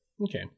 Okay